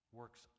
works